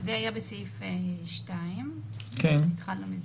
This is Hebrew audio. זה בסעיף 2. התחלנו מזה.